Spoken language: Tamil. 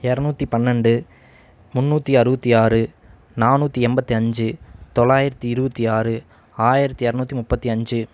இரநூத்தி பன்னெண்டு முன்னூற்றி அறுபத்தி ஆறு நானூற்றி எண்பத்தி அஞ்சு தொள்ளாயிரத்து இருபத்தி ஆறு ஆயிரத்து இரநூத்தி முப்பத்து அஞ்சு